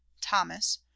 thomas